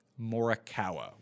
Morikawa